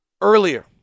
earlier